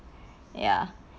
ya